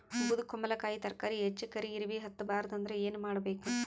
ಬೊದಕುಂಬಲಕಾಯಿ ತರಕಾರಿ ಹೆಚ್ಚ ಕರಿ ಇರವಿಹತ ಬಾರದು ಅಂದರ ಏನ ಮಾಡಬೇಕು?